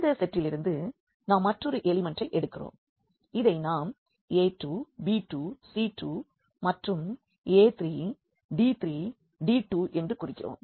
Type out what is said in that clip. இந்த செட்டிலிருந்து நாம் மற்றொரு எலிமெண்ட்டை எடுக்கிறோம் இதை நாம் a 2 b 2 c 2 மற்றும் a 3 d 3 d 2 என்று குறிக்கிறோம்